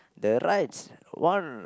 the rides one